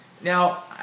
Now